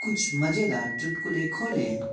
कुछ मज़ेदार चुटकुले खोलें